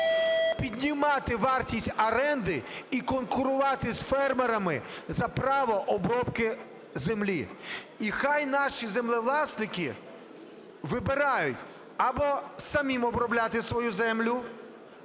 піднімати вартість оренди і конкурувати з фермерами за право обробки землі. І хай наші землевласники вибирають: або самим обробляти свою землю,